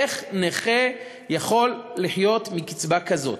איך נכה יכול לחיות מקצבה כזאת,